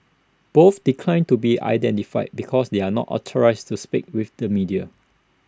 both declined to be identified because they are not authorised to speak with the media